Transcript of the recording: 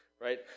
right